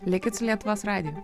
likit su lietuvos radiju